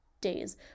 days